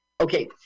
Okay